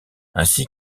ainsi